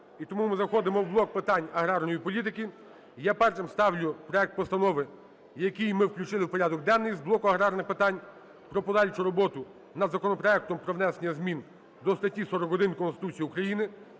І тому ми заходимо в блок питань аграрної політики. І я першим ставлю проект постанови, який ми включили в порядок денний з блоку аграрних питань, про подальшу роботу над законопроектом про внесення змін до статті 41 Конституції України